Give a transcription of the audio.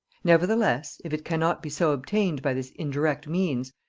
nevertheless, if it cannot be so obtained by this indirect means,